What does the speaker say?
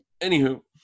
Anywho